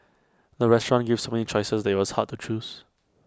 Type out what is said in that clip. the restaurant gave so many choices that IT was hard to choose